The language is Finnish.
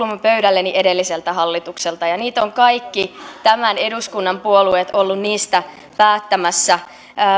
minun pöydälleni edelliseltä hallitukselta ja kaikki tämän eduskunnan puolueet ovat olleet niistä päättämässä